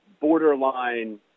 borderline